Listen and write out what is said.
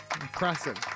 Impressive